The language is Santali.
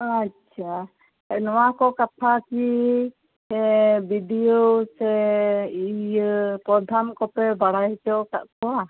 ᱟᱪᱪᱷᱟ ᱱᱚᱶᱟ ᱠᱚ ᱠᱟᱛᱷᱟ ᱠᱤ ᱥᱮ ᱵᱤ ᱰᱤ ᱳ ᱥᱮ ᱤᱭᱟᱹ ᱯᱨᱚᱫᱷᱟᱱ ᱠᱚᱯᱮ ᱵᱟᱲᱟᱭ ᱦᱚᱪᱚ ᱟᱠᱟᱫ ᱠᱚᱣᱟ